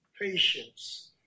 patience